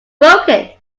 broken